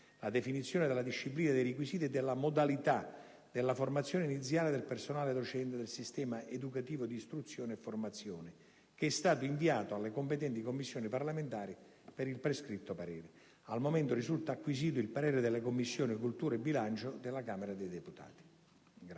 la definizione della disciplina dei requisiti e della modalità della formazione iniziale del personale docente del sistema educativo di istruzione e formazione, che è stato inviato alle competenti Commissioni parlamentari per il prescritto parere. Al momento, risulta acquisito il parere delle Commissioni cultura e bilancio della Camera dei deputati.